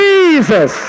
Jesus